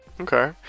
Okay